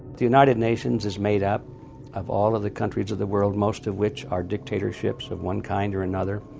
the united nations is made up of all of the countries of the world, most of which are dictatorships of one kind or another.